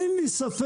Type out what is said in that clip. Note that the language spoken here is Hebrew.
אין לי ספק,